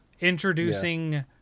introducing